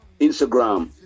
Instagram